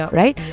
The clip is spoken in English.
right